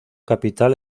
capital